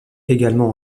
également